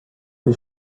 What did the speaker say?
the